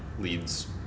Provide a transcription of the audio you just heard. leads